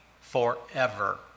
forever